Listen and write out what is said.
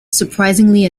surprisingly